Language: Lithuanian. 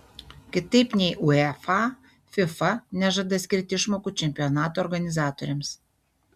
kitaip nei uefa fifa nežada skirti išmokų čempionato organizatoriams